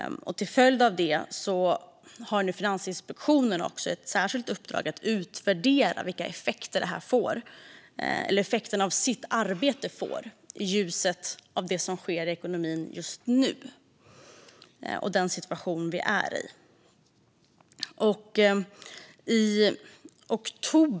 Till följd av det har Finansinspektionen ett särskilt uppdrag att utvärdera vilka effekter deras arbete får i ljuset av det som sker i ekonomin just nu och den situation vi befinner oss i.